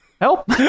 help